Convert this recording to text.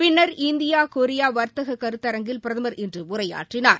பின்னர் India Korea வர்த்தக கருத்தரங்கில் பிரதமர் இன்று உரையாற்றினார்